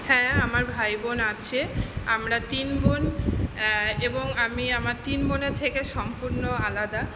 হ্যাঁ আমার ভাইবোন আছে আমরা তিন বোন এবং আমি আমার তিন বোনের থেকে সম্পূর্ণ আলাদা